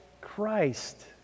Christ